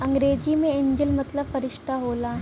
अंग्रेजी मे एंजेल मतलब फ़रिश्ता होला